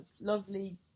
lovely